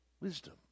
wisdom